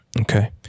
Okay